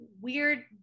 weird